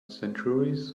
centuries